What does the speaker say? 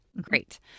great